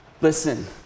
Listen